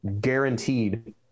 guaranteed